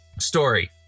story